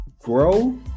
grow